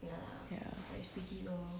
ya